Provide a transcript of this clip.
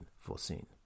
foreseen